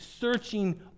searching